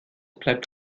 bleibt